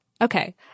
Okay